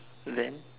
then